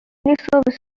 assembly